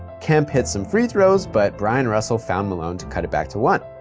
kemp hit some free throws, but bryon russell found malone to cut it back to one.